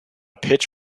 pitch